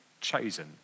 chosen